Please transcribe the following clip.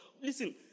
Listen